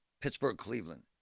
Pittsburgh-Cleveland